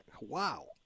Wow